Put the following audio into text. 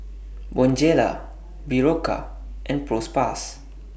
Bonjela Berocca and Propass